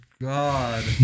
God